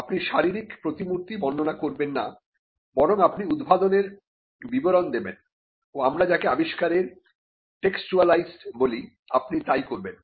আপনি শারীরিক প্রতিমূর্তি বর্ণনা করবেন না বরং আপনি উদ্ভাবনের বিবরণ দেবেন ও আমরা যাকে আবিষ্কারের টেক্সটুয়ালাইজ বলি আপনি তাই করবেন